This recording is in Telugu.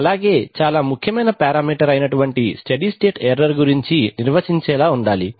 అలాగే చాలా ముఖ్యమైన పారమీటర్ అయినటువంటి స్టెడీ స్టేట్ ఎర్రర్ గురించి నిర్వచించేలా ఉండాలి